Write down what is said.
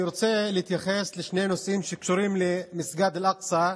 אני רוצה להתייחס לשני נושאים שקשורים למסגד אל-אקצא.